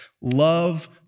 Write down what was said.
Love